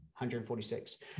146